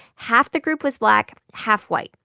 half the group was black, half white.